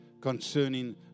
concerning